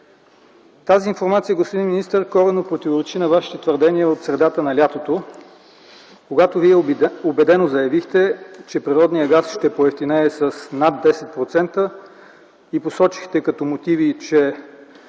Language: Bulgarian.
Тази информация, господин министър, коренно противоречи на Вашето твърдение от средата на лятото, когато Вие убедено заявихте, че природният газ ще поевтинее с над 10% и посочихте като мотиви, на